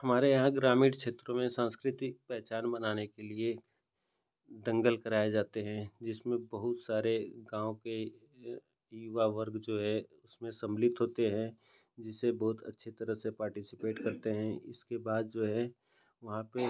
हमारे यहाँ ग्रामीण क्षेत्रों में साँस्कृतिक पहचान बनाने के लिए दंगल कराए जाते हैं जिसमें बहुत सारे गाँव के युवा वर्ग जो है उसमें सम्मिलित होते हैं जिससे बहुत अच्छी तरह से पार्टिसिपेट करते हैं इसके बाद जो है वहाँ पर